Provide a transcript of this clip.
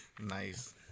Nice